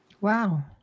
wow